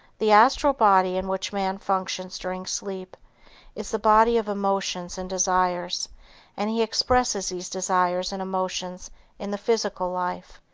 the astral body in which man functions during sleep is the body of emotions and desires and he expresses these desires and emotions in the physical life.